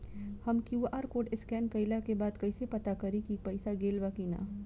हम QR code scan कइला के बाद कइसे पता करि की पईसा गेल बा की न?